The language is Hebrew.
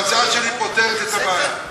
ההצעה שלי פותרת את הבעיה,